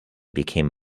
became